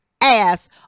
ass